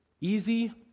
easy